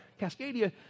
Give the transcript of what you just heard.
Cascadia